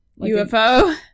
UFO